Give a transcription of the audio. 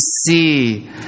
see